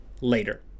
later